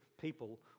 people